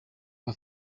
rwa